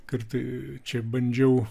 kartą čia bandžiau